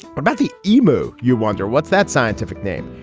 but about the emu. you wonder what's that scientific name.